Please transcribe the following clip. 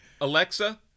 Alexa